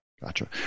Gotcha